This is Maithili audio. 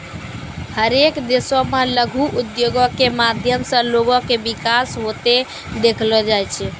हरेक देशो मे लघु उद्योगो के माध्यम से लोगो के विकास होते देखलो जाय छै